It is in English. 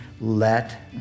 let